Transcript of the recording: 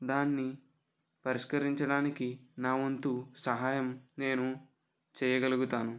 దాన్ని పరిష్కరించడానికి నా వంతు సహాయం నేను చేయగలుగుతాను